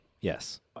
Yes